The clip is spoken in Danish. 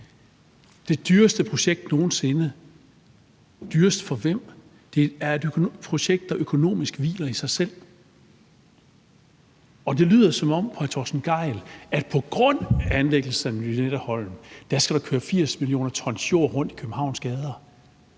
Det dyreste projekt nogen sinde. Dyrest for hvem? Det er et projekt, der økonomisk hviler i sig selv. Det lyder på hr. Torsten Gejl, som om der på grund af anlæggelse af Lynetteholm skal køres 80 mio. t jord rundt i Københavns gader.